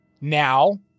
Now